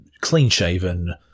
clean-shaven